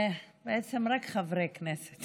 בעצם רק חברי כנסת